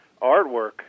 artwork